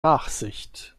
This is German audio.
nachsicht